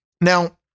Now